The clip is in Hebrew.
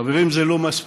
חברים, זה לא מספיק.